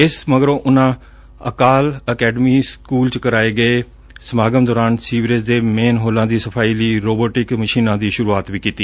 ਇਸ ਮਗਰੋਂ ਉਨੂਂ ਅਕਾਲ ਅਕੈਡਮੀ ਸਕੁਲ ਚ ਕਰਾਏ ਗਏ ਸਮਾਗਮ ਦੌਰਾਨ ਸੀਵਰੇਜ ਦੇ ਮੇਨਹੋਲਾ ਦੀ ਸਫਾਈ ਲਈ ਰੋਬੋਟਿਕ ਮਸ਼ੀਨਾਂ ਦੀ ਸੁਰੁੱਆਤ ਵੀ ਕੀਤੀ